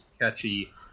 catchy